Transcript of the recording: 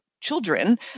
children